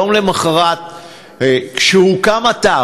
יום אחרי שהוקם אתר,